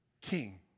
king